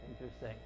interesting